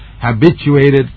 habituated